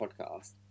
Podcast